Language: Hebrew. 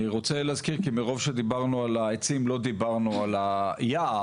אני רוצה להזכיר כי מרוב שדיברנו על העצים לא דיברנו על היער,